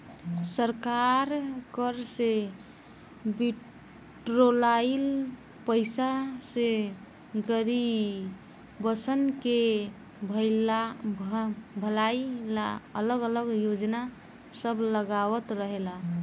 सरकार कर से बिटोराइल पईसा से गरीबसन के भलाई ला अलग अलग योजना सब लगावत रहेला